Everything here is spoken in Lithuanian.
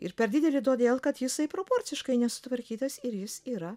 ir per didelį todėl kad jisai proporcingai nesutvarkytas ir jis yra